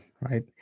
right